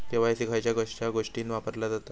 KYC खयच्या खयच्या गोष्टीत वापरला जाता?